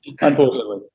Unfortunately